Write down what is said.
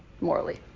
morally